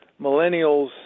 millennials